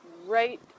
right